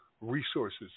resources